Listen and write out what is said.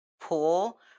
pool